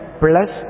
plus